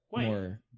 more